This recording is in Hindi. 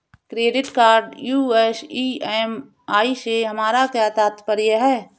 क्रेडिट कार्ड यू.एस ई.एम.आई से हमारा क्या तात्पर्य है?